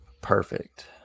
Perfect